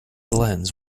lens